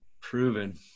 Proven